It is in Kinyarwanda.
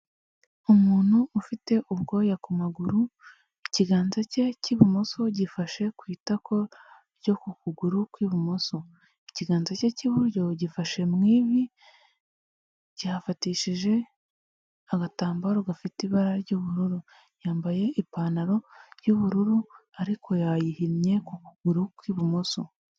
Umuntu ufite ubwoya ku maguru, ikiganza cye cy'ibumoso gifashe ku itako ryo ku kuguru kw'ibumoso. Ikiganza cye cy'iburyo gifashe mu ivi, kihafatishije agatambaro gafite ibara ry'ubururu, yambaye ipantaro y'ubururu ariko yayihinnye ku kuguru kw'ibumoso.